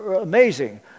Amazing